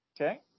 Okay